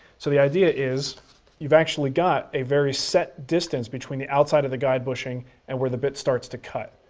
so the idea is you've actually got a very set distance between the outside of the guide bushing and where the bit starts to cut,